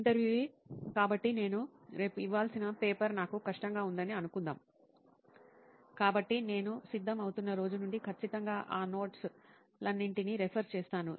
ఇంటర్వ్యూఈ కాబట్టి నేను రేపు ఇవ్వాల్సిన పేపర్ నాకు కష్టంగా ఉందని అనుకుందాం కాబట్టి నేను సిద్ధం అవుతున్న రోజు నుండి ఖచ్చితంగా ఆ నోట్స్ లన్నింటినీ రెఫర్ చేస్తాను